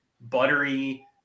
buttery